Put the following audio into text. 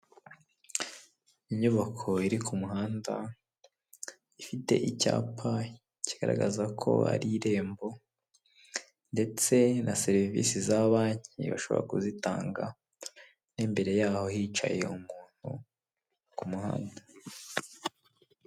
Inyubako iri ku muhanda ifite icyapa kigaragaza ko ari irembo, ndetse na serivisi za banki bashobora kuzitanga n'imbere yaho hicaye umuntu ku muhanda.